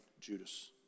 Judas